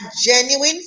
genuine